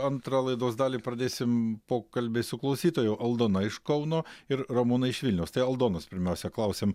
antrą laidos dalį pradėsim pokalbį su klausytoju aldona iš kauno ir ramūna iš vilniaus tai aldonos pirmiausia klausiam